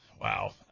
Wow